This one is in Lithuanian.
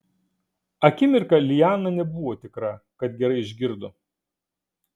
akimirką liana nebuvo tikra kad gerai išgirdo